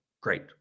Great